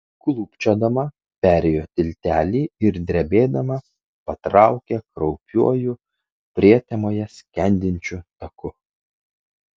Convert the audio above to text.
klūpčiodama perėjo tiltelį ir drebėdama patraukė kraupiuoju prietemoje skendinčiu taku